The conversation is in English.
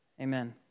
Amen